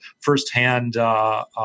firsthand